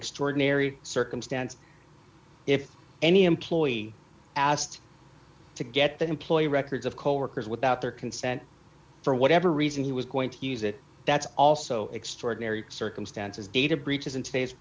extraordinary circumstance if any employee asked to get the employer records of coworkers without their consent for whatever reason he was going to use it that's also extraordinary circumstances data breaches in today's